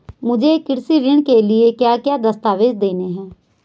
मुझे कृषि ऋण के लिए क्या क्या दस्तावेज़ देने हैं?